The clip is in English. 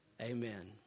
amen